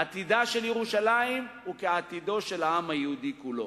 עתידה של ירושלים הוא כעתידו של העם היהודי כולו.